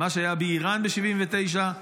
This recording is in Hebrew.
מה שהיה באיראן ב-1979,